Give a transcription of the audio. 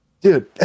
dude